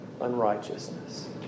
unrighteousness